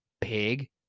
Pig